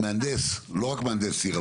לא רק מהנדס עיר,